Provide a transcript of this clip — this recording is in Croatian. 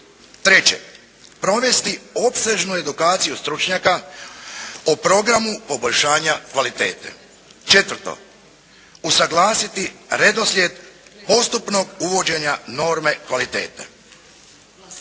Treće, provesti opsežnu edukaciju stručnjaka o programu poboljšanja kvalitete. Četvrto, usuglasiti redoslijed postupnog uvođenja norme kvalitete.